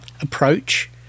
approach